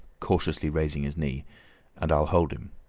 cautiously raising his knee and i'll hold him.